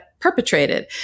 perpetrated